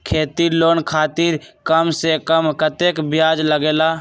खेती लोन खातीर कम से कम कतेक ब्याज लगेला?